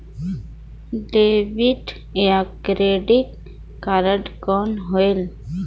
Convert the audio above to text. Debit या credit card कौन होएल?